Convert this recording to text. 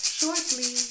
shortly